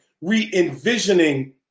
re-envisioning